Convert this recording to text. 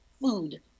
food